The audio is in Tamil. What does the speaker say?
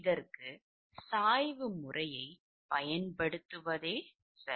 இதற்கு சாய்வு முறையைப் பயன்படுத்துவதே சரி